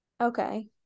okay